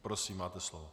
Prosím, máte slovo.